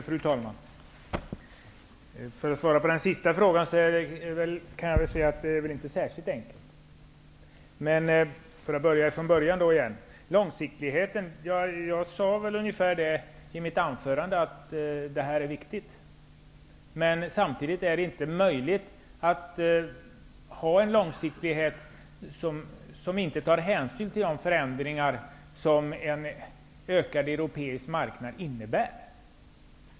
Fru talman! Jag svarar på den sista frågan först. Det är inte särskilt enkelt. Jag börjar nu från början. Jag sade i mitt anförande att långsiktigheten är viktig. Men samtidigt är det inte möjligt att iaktta en långsiktighet som inte tar hänsyn till de förändringar som en vidgad europeisk marknad innebär.